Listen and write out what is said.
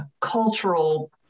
cultural